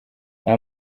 nta